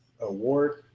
Award